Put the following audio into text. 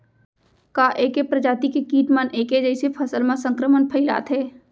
का ऐके प्रजाति के किट मन ऐके जइसे फसल म संक्रमण फइलाथें?